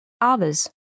Others